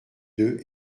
deux